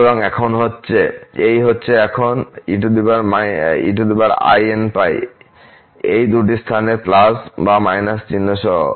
সুতরাং এই হচ্ছে এখন einπ এই দুটি স্থানে বা − চিহ্ন সহ